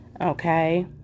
okay